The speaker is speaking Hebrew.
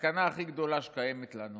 הסכנה הכי גדולה שקיימת לנו